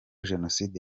jenoside